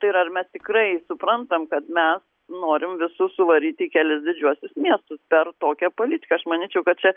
tai yra ar mes tikrai suprantam kad mes norim visus suvaryt į kelis didžiuosius miestus per tokią politiką aš manyčiau kad čia